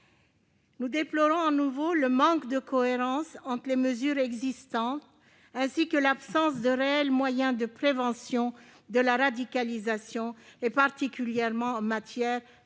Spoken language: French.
Nous déplorons de nouveau le manque de cohérence entre les mesures existantes, ainsi que l'absence de réels moyens de prévention de la radicalisation, particulièrement en détention,